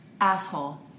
Asshole